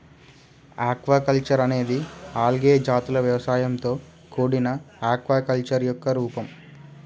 aquaculture అనేది algae జాతుల వ్యవసాయంతో కూడిన ఆక్వాకల్చర్ యొక్క ఒక రూపం